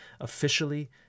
officially